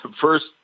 first